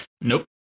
Nope